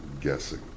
guessing